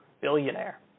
billionaire